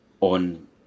on